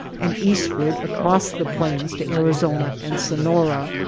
and eastward across the plains to arizona and sonora.